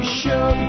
show